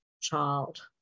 child